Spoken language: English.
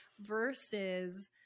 versus